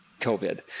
COVID